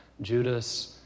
Judas